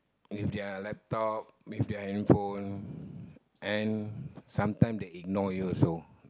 with their laptop with their handphone and sometime they ignore you also